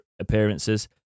appearances